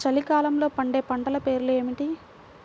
చలికాలంలో పండే పంటల పేర్లు ఏమిటీ?